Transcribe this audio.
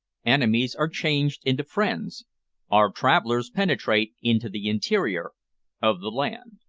enemies are changed into friends our travellers penetrate into the interior of the land.